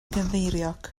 gynddeiriog